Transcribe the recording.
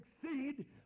succeed